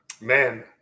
Man